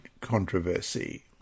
controversy